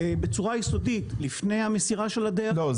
בצורה יסודית לפני המסירה של הדיירים --- לא,